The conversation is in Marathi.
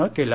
नं केलं